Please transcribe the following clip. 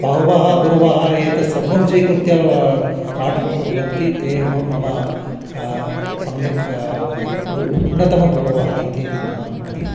बहवः गुरवः एतत्सर्वं स्वीकृत्य पाठनं कुर्वन्ति ते एव मम सम्यक् उ उत्तमगुरवः इति मम मतिः